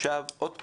עכשיו עוד פעם,